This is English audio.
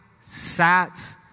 sat